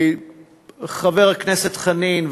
חבר הכנסת חנין,